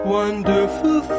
wonderful